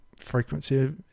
frequency